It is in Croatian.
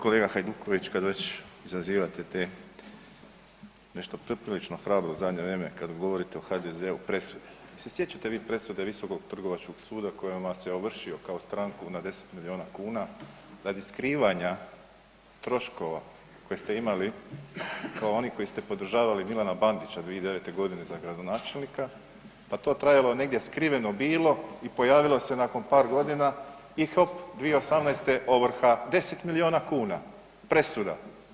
Kolega Hajduković, kad već izazivate te nešto poprilično hrabro u zadnje vrijeme kad govorite o HDZ-u presude, jel se sjećate vi presude Visokog trgovačkog suda kojom vas je ovršio kao stranku na 10 miliona kuna radi skrivanja troškova koje ste imali kao oni koji ste podržavali Milana Bandića 2009. godine za gradonačelnika, pa to trajalo negdje skriveno bilo i pojavilo se nakon par godina i hop 2018. ovrha, 10 miliona kuna, presuda.